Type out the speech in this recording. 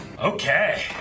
Okay